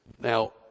Now